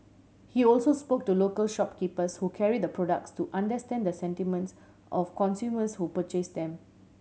he also spoke to local shopkeepers who carried the products to understand the sentiments of consumers who purchase them